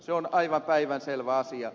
se on aivan päivänselvä asia